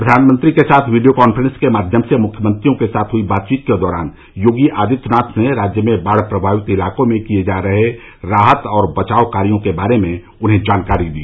प्रधानमंत्री के साथ वीडियो काफ्रेंस के माध्यम से मुख्यमंत्रियों के साथ हई बातचीत के दौरान योगी आदित्यनाथ ने राज्य में बाढ प्रभावित इलाकों में किए जा रहे राहत और बचाव कार्यो के बारे में उन्हें जानकारी दी